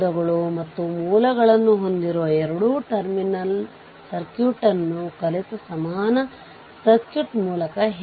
ಇಲ್ಲಿ ಅವಲಂಬಿತ ವೋಲ್ಟೇಜ್ ಮೂಲವಿದೆ ಒಂದು ಸ್ವತಂತ್ರ ವಿದ್ಯುತ್ ಮೂಲವಿದೆ